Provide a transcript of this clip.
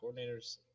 coordinators